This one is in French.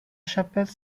chapelle